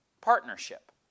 Partnership